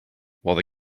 while